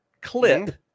clip